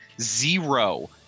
zero